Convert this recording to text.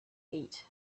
eat